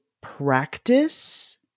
practice